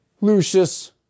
Lucius